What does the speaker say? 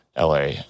LA